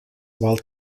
while